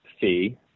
fee